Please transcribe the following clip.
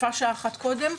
ויפה שעה אחת קודם,